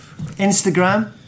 Instagram